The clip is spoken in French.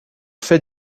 faits